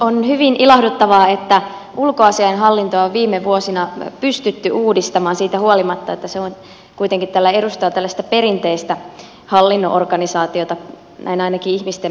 on hyvin ilahduttavaa että ulkoasiainhallintoa on viime vuosina pystytty uudistamaan siitä huolimatta että se kuitenkin edustaa tällaista perinteistä hallinnon organisaatiota näin ainakin ihmisten mielissä